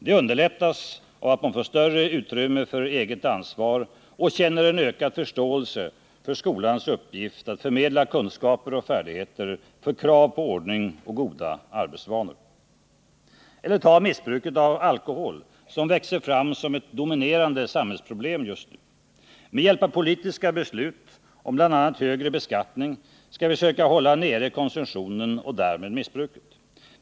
Det underlättas av att man får större utrymme för eget ansvar och känner en ökad förståelse . för skolans uppgift att förmedla kunskaper och färdigheter, för krav på ordning och goda arbetsvanor. Eller ta missbruket av alkohol som växer fram som ett dominerande samhällsproblem just nu. Med hjälp av politiska beslut om bl.a. högre beskattning skall vi söka hålla nere konsumtionen och därmed missbruket.